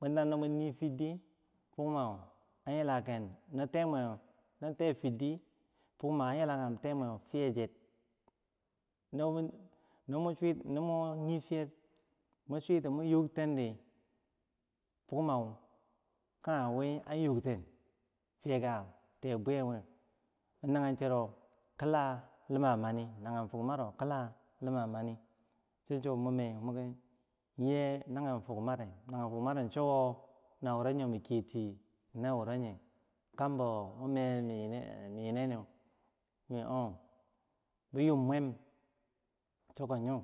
bwentano mwu ni firdi, fokkuma an yilagen no tai no teh fir di fukma an yila kagum tai mur fiyeche, nomo nomswi nomor yi fiyer mun switi mun yoktendi, fukma kage wi an yukten fiyeh kah tei buyekmwe nagen chero kila lima mani nagen fukmaro kilah lima mani cho cho min meh miki yeh nagen fukma re nagen fukma ro cho wo minkiyeti na wuro yeh, kambo mun meh min yinene min o binyum mwam chiko yo,